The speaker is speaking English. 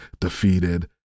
defeated